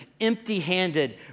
empty-handed